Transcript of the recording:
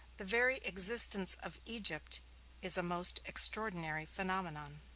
the very existence of egypt is a most extraordinary phenomenon.